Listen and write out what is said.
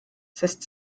sest